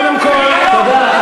תודה.